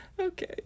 Okay